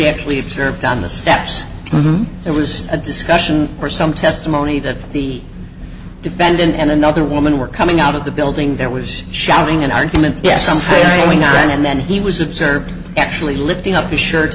actually observed on the steps there was a discussion or some testimony that the defendant and another woman were coming out of the building there was shouting an argument yes some say and then he was observed actually lifting up the shirt